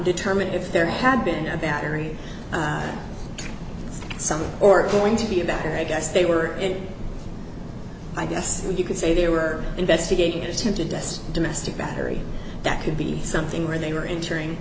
determine if there had been a battery something or going to be a battery i guess they were and i guess you could say they were investigating an attempted this domestic battery that could be something where they were entering